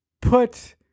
put